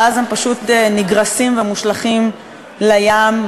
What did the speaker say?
ואז הם פשוט נגרסים ומושלכים לים,